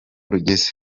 rugeze